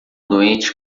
doente